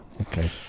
Okay